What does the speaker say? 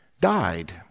died